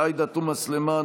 עאידה תומא סלימאן,